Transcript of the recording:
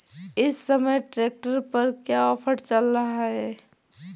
इस समय ट्रैक्टर पर क्या ऑफर चल रहा है?